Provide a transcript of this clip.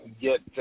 get